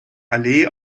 allee